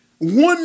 one